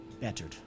bettered